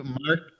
Mark